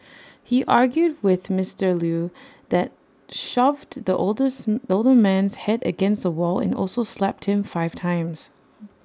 he argued with Mister Lew that shoved the oldest older man's Head against A wall and also slapped him five times